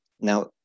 Now